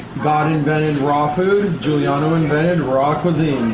god invented raw food, juliano invented raw cuisine.